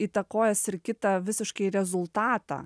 įtakojęs ir kitą visiškai rezultatą